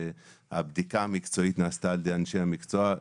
הבדיקה המקצועית נעשתה על ידי אנשי המקצוע,